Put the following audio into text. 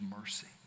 mercy